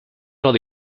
alors